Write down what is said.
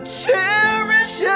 cherish